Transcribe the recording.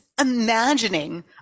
imagining